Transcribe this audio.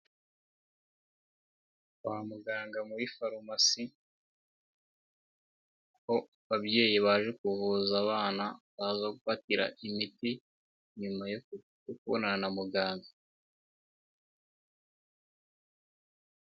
Kwa muganga muri farumasi aho ababyeyi baje kuvuza abana baza gufatira imiti nyuma yo kubonana na muganga.